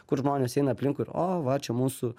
kur žmonės eina aplinkui ir o va čia mūsų